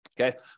Okay